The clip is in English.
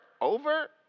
over